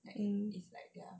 mm